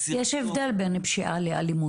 יש הבדל בין פשיעה לאלימות.